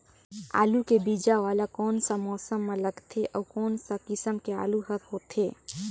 आलू के बीजा वाला कोन सा मौसम म लगथे अउ कोन सा किसम के आलू हर होथे?